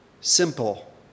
simple